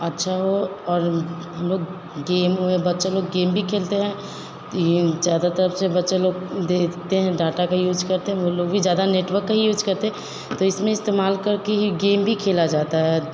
अच्छा हो और हम लोग गेम में बच्चे लोग गेम भी खेलते हैं तो यह ज़्यादातर तो बच्चे लोग देखते हैं डाटा का यूज करते हैं वे लोग भी ज़्यादा नेटवर्क का ही यूज करते हैं तो इसमें इस्तेमाल करके ही गेम भी खेला जाता है